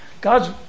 God's